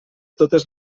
totes